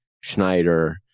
Schneider